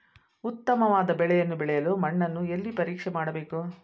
ಉತ್ತಮವಾದ ಬೆಳೆಯನ್ನು ಬೆಳೆಯಲು ಮಣ್ಣನ್ನು ಎಲ್ಲಿ ಪರೀಕ್ಷೆ ಮಾಡಬೇಕು?